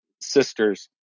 sisters